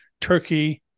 Turkey